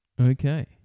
Okay